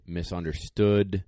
misunderstood